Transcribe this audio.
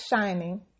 shining